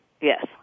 Yes